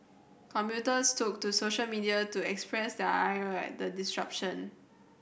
commuters took to social media to express their ire at the disruption